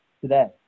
today